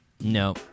no